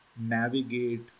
navigate